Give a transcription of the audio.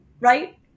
right